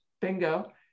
bingo